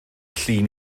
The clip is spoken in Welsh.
llun